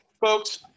folks